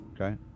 Okay